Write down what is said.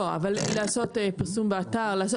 לא, אבל לעשות פרסום באתר?